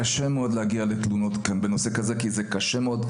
קשה מאוד להגיע לתלונות בנושא הזה כי זה קשה מאוד.